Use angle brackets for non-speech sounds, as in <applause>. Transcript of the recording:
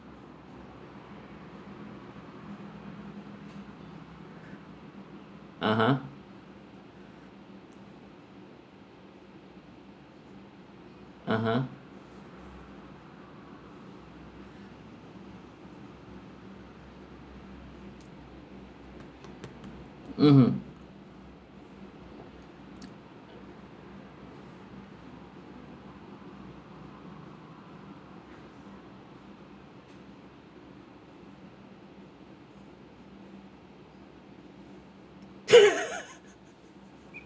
(uh huh) (uh huh) mmhmm <laughs>